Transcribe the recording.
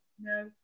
No